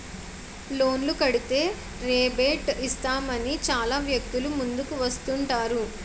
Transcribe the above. లోన్లు కడితే రేబేట్ ఇస్తామని చాలా వ్యక్తులు ముందుకు వస్తుంటారు